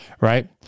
right